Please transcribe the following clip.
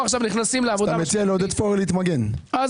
הפשיעה בחברה הערבית היא